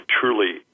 truly